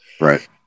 Right